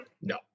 No